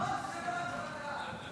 חברך ואומר לך מי